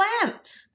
plant